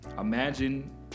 Imagine